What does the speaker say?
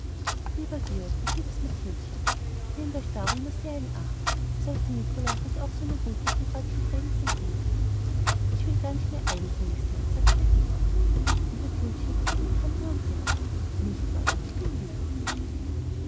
lieber georg und liebes mathildchen nehmt euch darum nur sehr in acht daß euch der nikolaus nicht so eine rute vom kräutchen eigensinn bringt ich will gar nicht mehr eigensinnig sein sagte der georg und mathildchen küßte die tante und rief nicht wahr ich bin lieb